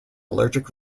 allergic